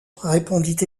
répondit